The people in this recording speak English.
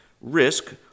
risk